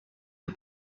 the